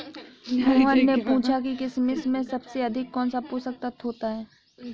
मोहन ने पूछा कि किशमिश में सबसे अधिक कौन सा पोषक तत्व होता है?